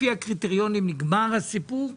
לפי הקריטריונים נגמר הסיפור,